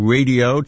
Radio